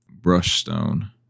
Brushstone